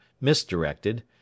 misdirected